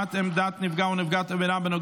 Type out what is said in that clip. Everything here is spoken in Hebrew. לא להיות